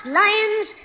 lions